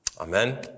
Amen